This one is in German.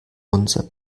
unser